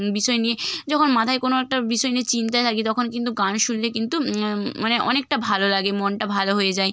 বিষয় নিয়ে যখন মাথায় কোনো একটা বিষয় নিয়ে চিন্তায় থাকি তখন কিন্তু গান শুনলে কিন্তু মানে অনেকটা ভালো লাগে মনটা ভালো হয়ে যায়